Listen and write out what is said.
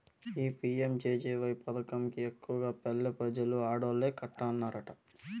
ఈ పి.యం.జె.జె.వై పదకం కి ఎక్కువగా పల్లె పెజలు ఆడోల్లే కట్టన్నారట